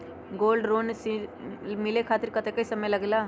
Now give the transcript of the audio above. Gold ऋण मिले खातीर कतेइक समय लगेला?